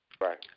Right